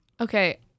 Okay